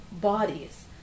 bodies